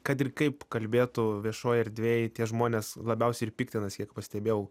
kad ir kaip kalbėtų viešoj erdvėj tie žmonės labiausiai ir piktinasi kiek pastebėjau